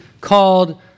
called